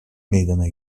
meydana